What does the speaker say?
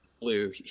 blue